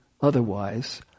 otherwise